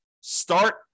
Start